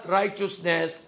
righteousness